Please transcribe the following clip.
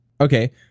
Okay